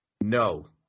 No